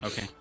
Okay